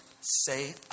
say